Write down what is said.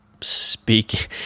speak